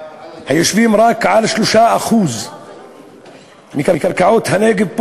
היושבים רק על 3% מקרקעות הנגב,